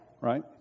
Right